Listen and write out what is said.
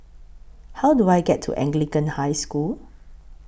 How Do I get to Anglican High School